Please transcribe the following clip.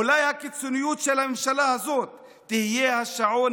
אולי הקיצוניות של הממשלה הזאת תהיה השעון